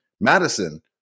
Madison